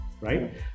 right